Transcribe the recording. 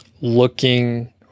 looking